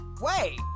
Wait